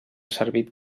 servit